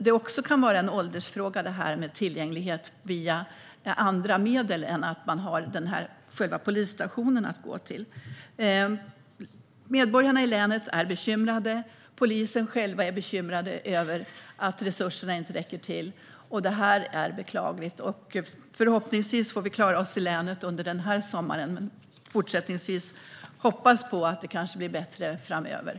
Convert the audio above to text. Det här med tillgänglighet via andra medel än att ha själva polisstationen att gå till kan också vara en åldersfråga. Medborgarna i länet är bekymrade, och poliserna själva är bekymrade över att resurserna inte räcker till. Det här är beklagligt. Förhoppningsvis klarar vi oss i länet under den här sommaren, men fortsättningsvis får vi hoppas på att det blir bättre framöver.